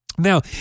Now